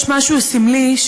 יש משהו סמלי,